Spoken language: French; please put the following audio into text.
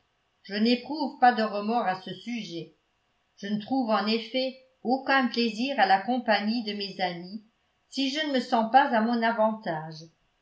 je n'éprouve pas de remords à ce sujet je ne trouve en effet aucun plaisir à la compagnie de mes amis si je ne me sens pas à mon avantage